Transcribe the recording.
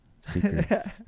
Secret